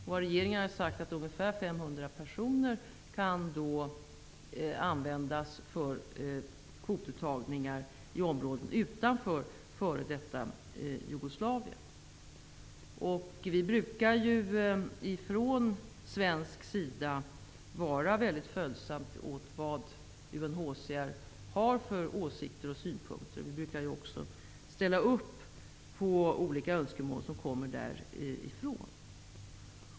Enligt regeringen kan ca 500 personer från områden utanför f.d. Jugoslavien ingå i kvotmottagningen. Från svensk sida brukar vi vara väldigt följsamma mot UNHCR:s åsikter och synpunkter. Vi brukar också ställa upp på olika önskemål som kommer därifrån.